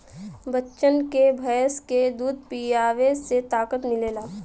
बच्चन के भैंस के दूध पीआवे से ताकत मिलेला